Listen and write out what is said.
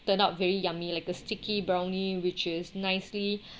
turned out very yummy like a sticky brownie which is nicely